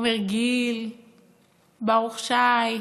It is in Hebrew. גיל עומר, ברוך שי.